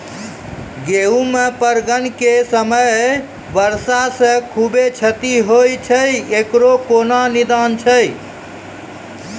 गेहूँ मे परागण के समय वर्षा से खुबे क्षति होय छैय इकरो कोनो निदान छै?